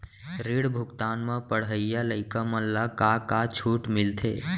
ऋण भुगतान म पढ़इया लइका मन ला का का छूट मिलथे?